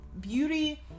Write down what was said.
beauty